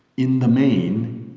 in the main,